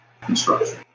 construction